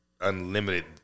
unlimited